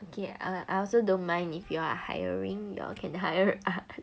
okay I I also don't mind if you all are hiring you all can hire us